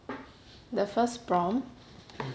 the first prompt